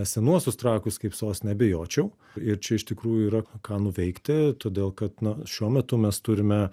senuosius trakus kaip sostinę abejočiau ir čia iš tikrųjų yra ką nuveikti todėl kad na šiuo metu mes turime